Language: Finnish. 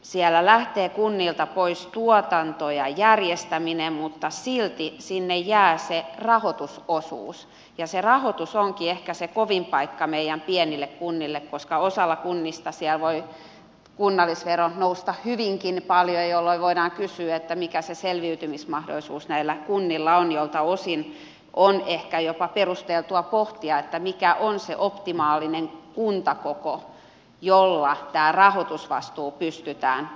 siellä lähtee kunnilta pois tuotanto ja järjestäminen mutta silti sinne jää se rahoitusosuus ja se rahoitus onkin ehkä se kovin paikka meidän pienille kunnille koska osalla kunnista siellä voi kunnallisvero nousta hyvinkin paljon jolloin voidaan kysyä millainen selviytymismahdollisuus näillä kunnilla on jolloin osin on ehkä jopa perusteltua pohtia mikä on se optimaalinen kuntakoko jolla tämä rahoitusvastuu pystytään hoitamaan